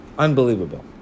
unbelievable